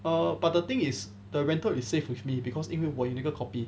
err but the thing is the rental is safe with me because 因为我有那个 copy